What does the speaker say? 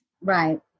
Right